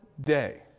day